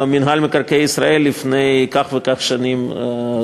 מינהל מקרקעי ישראל לפני כך וכך שנים טובות.